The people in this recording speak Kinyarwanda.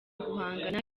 guhangana